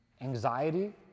anxiety